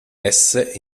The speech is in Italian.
esse